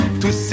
Tous